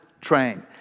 train